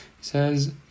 says